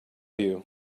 you